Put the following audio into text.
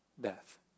death